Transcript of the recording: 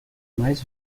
mais